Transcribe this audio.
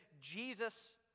Jesus